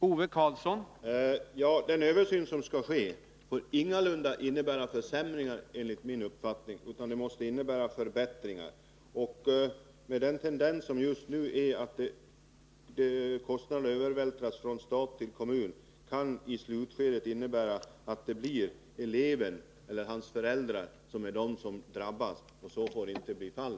Herr talman! Den översyn som skall göras får enligt min uppfattning inte leda till att det blir några försämringar — den måste medföra förbättringar. Eftersom det nu finns en tendens att övervältra kostnaderna från staten till kommunerna, kan det i slutskedet innebära att det blir eleven eller hans föräldrar som drabbas. Så får det inte bli.